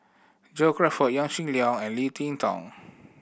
John Crawfurd Yaw Shin Leong and Leo Ting Tong